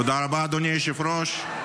תודה רבה, אדוני היושב-ראש.